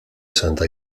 santa